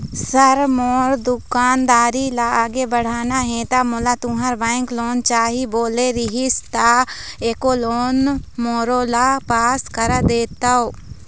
Sir मोर दुकानदारी ला आगे बढ़ाना हे ता मोला तुंहर बैंक लोन चाही बोले रीहिस ता एको लोन मोरोला पास कर देतव?